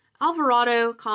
Alvarado